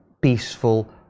peaceful